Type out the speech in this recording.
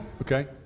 Okay